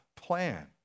plan